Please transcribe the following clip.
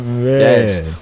yes